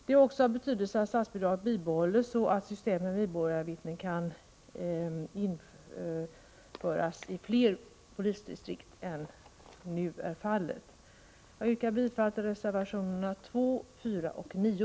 Det är också av betydelse att statsbidraget bibehålls, så att systemet med medborgarvittnen kan införas i fler polisdistrikt än de som nu har detta system. Jag yrkar bifall till reservationerna 2, 4 och 9.